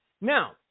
Now